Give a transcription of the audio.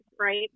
right